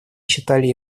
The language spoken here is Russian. считали